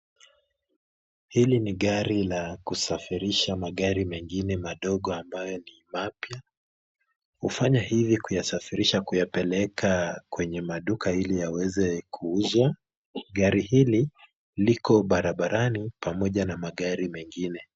Hili ni gari la kusafirisha magari mengine madogo ambayo ni mapya. Hufanya hivi kuyasafirisha kuyapeleka kwenye maduka ili yaweze kuuzwa. Gari hili liko barabarani pamoja na magari mengine.